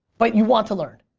but you want to learn?